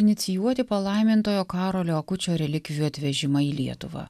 inicijuoti palaimintojo karolio akučio relikvijų atvežimą į lietuvą